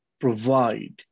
provide